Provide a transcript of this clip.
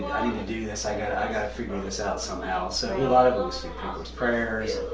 i need to do this, i gotta i gotta figure all this out somehow, so a lot of it was through people's prayers,